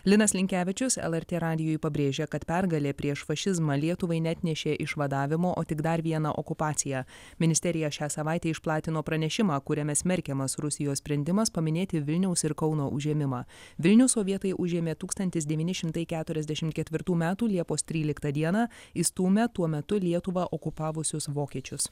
linas linkevičius lrt radijui pabrėžė kad pergalė prieš fašizmą lietuvai neatnešė išvadavimo o tik dar vieną okupaciją ministerija šią savaitę išplatino pranešimą kuriame smerkiamas rusijos sprendimas paminėti vilniaus ir kauno užėmimą vilnių sovietai užėmė tūkstantis devyni šimtai keturiasdešimt ketvirtų metų liepos tryliktą dieną išstūmę tuo metu lietuvą okupavusius vokiečius